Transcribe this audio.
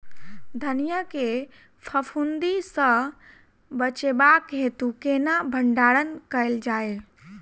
धनिया केँ फफूंदी सऽ बचेबाक हेतु केना भण्डारण कैल जाए?